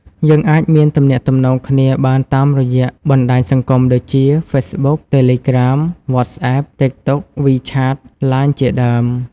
យើងអាចមានទំនាក់ទំនងគ្នាបានតាមរយៈបណ្តាញសង្គមដូចជា Facebook Telegram WhatsApp TikTok WeChat LINE ជាដើម ។